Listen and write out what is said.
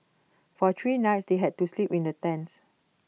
for three nights they had to sleep in the tents